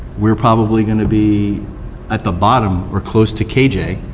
we are probably gonna be at the bottom, or close to kj,